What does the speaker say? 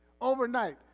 Overnight